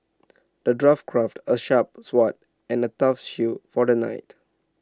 the dwarf crafted A sharp sword and A tough shield for the knight